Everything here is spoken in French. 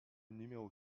numéro